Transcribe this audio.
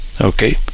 Okay